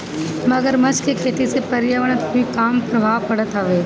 मगरमच्छ के खेती से पर्यावरण पअ भी कम प्रभाव पड़त हवे